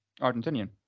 Argentinian